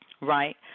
Right